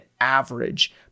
average